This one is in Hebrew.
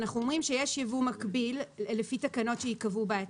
אנחנו אומרים שיש ייבוא מקביל לפי תקנות שייקבעו בעתיד.